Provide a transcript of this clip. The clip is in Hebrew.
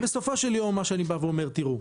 תראו,